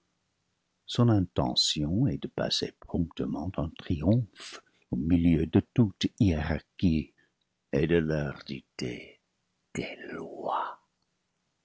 son intention est de passer promptement en triomphe au milieu de toutes hiérar chies et de leur dicter des lois